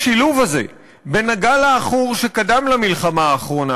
השילוב הזה בין הגל העכור שקדם למלחמה האחרונה